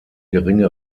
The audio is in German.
geringe